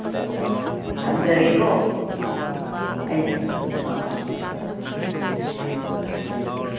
ꯊꯝꯖꯔꯒꯦꯀꯣ ꯑꯩ ꯑꯧ